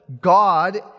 God